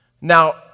Now